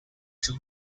two